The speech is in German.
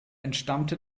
entstammte